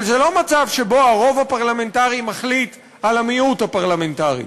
אבל זה לא מצב שבו הרוב הפרלמנטרי מחליט על המיעוט הפרלמנטרי,